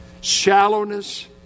Shallowness